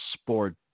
sport